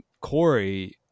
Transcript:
Corey